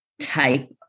type